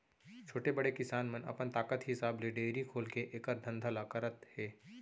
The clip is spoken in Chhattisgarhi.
छोटे, बड़े किसान मन अपन ताकत हिसाब ले डेयरी खोलके एकर धंधा ल करत हें